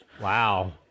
Wow